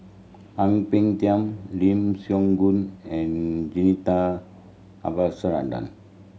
Ang Peng Tiam Lim Siong Gun and Jacintha